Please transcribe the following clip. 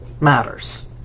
matters